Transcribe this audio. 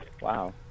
wow